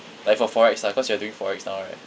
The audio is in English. like for forex ah cause you're doing forex now right